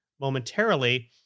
momentarily